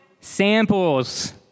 Samples